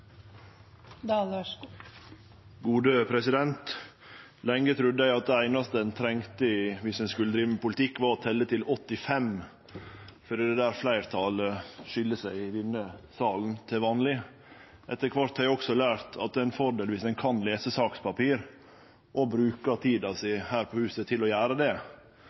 Lenge trudde eg at det einaste ein trong viss ein skulle drive med politikk, var å telje til 85, for det er der fleirtalet skil seg i denne salen til vanleg. Etter kvart har eg også lært at det er ein fordel om ein kan lese sakspapir og bruker av tida si her på huset til å gjere det.